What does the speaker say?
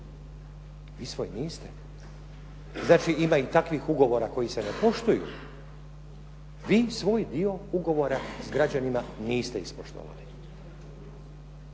vi svoj niste. Znači, ima i takvih ugovora koji se ne poštuju. Vi svoj dio ugovora s građanima niste ispoštovali.